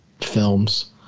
films